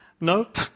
Nope